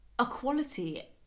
equality